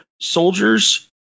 Soldiers